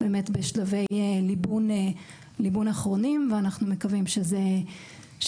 הוא בשלבי ליבון אחרונים ואנחנו מקווים שזה